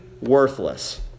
worthless